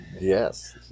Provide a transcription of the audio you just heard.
Yes